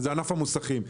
ענף המוסכים.